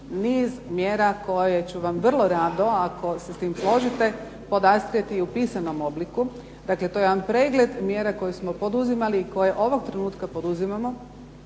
niz mjera koje ću vam vrlo rado ako se s time složite podastrijeti u pisanom obliku. Dakle, to je jedan pregled mjera koje smo poduzimali i koje ovog trenutka poduzimamo